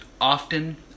often